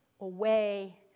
away